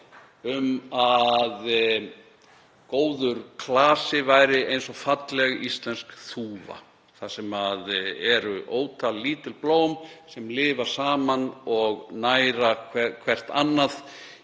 um að góður klasi væri eins og falleg íslensk þúfa þar sem eru ótal lítil blóm sem lifa saman og næra hvert annað